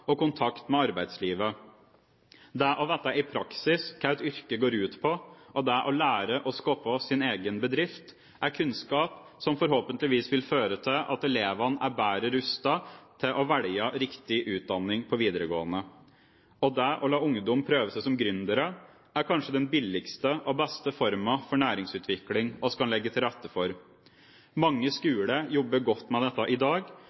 og kontakt med arbeidslivet. Det å vite i praksis hva et yrke går ut på, og det å lære å skape sin egen bedrift er kunnskap som forhåpentligvis vil føre til at elevene er bedre rustet til å velge riktig utdanning på videregående. Det å la ungdom prøve seg som gründere er kanskje den billigste og beste formen for næringsutvikling vi kan legge til rette for. Mange skoler jobber godt med dette i dag,